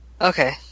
Okay